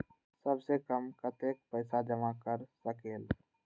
सबसे कम कतेक पैसा जमा कर सकेल?